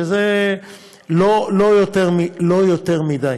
שזה לא יותר מדי.